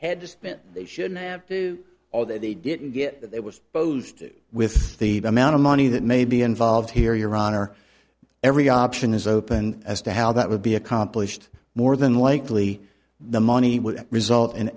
had just spent they shouldn't have to or they didn't get that it was s'posed to do with the amount of money that may be involved here your honor every option is open as to how that would be accomplished more than likely the money would result in